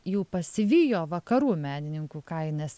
jau pasivijo vakarų menininkų kainas